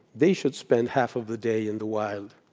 they should spend half of the day in the wild.